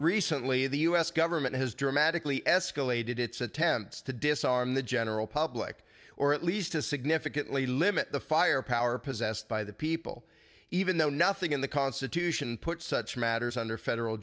recently the us government has dramatically escalated its attempts to disarm the general public or at least to significantly limit the firepower possessed by the people even though nothing in the constitution puts such matters under federal